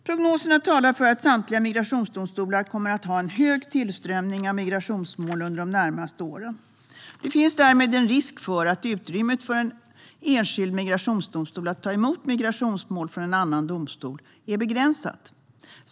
Prognoserna talar för att samtliga migrationsdomstolar kommer att ha en stor tillströmning av migrationsmål under de närmaste åren. Det finns därmed en risk för att utrymmet för en enskild migrationsdomstol att ta emot migrationsmål från en annan domstol är begränsat.